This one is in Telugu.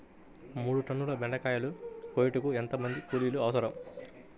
మూడు టన్నుల బెండకాయలు కోయుటకు ఎంత మంది కూలీలు అవసరం?